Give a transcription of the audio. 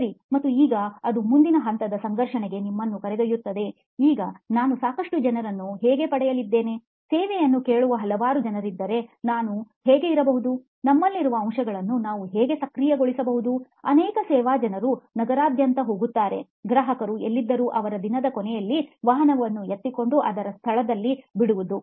ಸರಿ ಮತ್ತು ಈಗ ಅದು ಮುಂದಿನ ಹಂತದ ಸಂಘರ್ಷಕ್ಕೆ ನಮ್ಮನ್ನು ಕರೆದೊಯ್ಯುತ್ತದೆ ಈಗ ನಾನು ಸಾಕಷ್ಟು ಜನರನ್ನು ಹೇಗೆ ಪಡೆಯಲಿದ್ದೇನೆ ಸೇವೆಯನ್ನು ಕೇಳುವ ಹಲವಾರು ಜನರಿದ್ದರೆ ನಾನು ಹೇಗೆ ಇರಬಹುದು ನಮ್ಮಲ್ಲಿರುವ ಅಂಶವನ್ನು ನಾವು ಹೇಗೆ ಸಕ್ರಿಯಗೊಳಿಸಬಹುದು ಅನೇಕ ಸೇವಾ ಜನರು ನಗರದಾದ್ಯಂತ ಹೋಗುತ್ತಾರೆ ಗ್ರಾಹಕರು ಎಲ್ಲಿದ್ದರೂ ಅವರ ದಿನದ ಕೊನೆಯಲ್ಲಿ ವಾಹನವನ್ನು ಎತ್ತಿಕೊಂಡು ಅದನ್ನು ಅದರ ಸ್ಥಳದಲ್ಲಿ ಬಿಡುವುದು